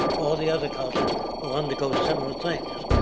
all the other cultures will undergo similar things.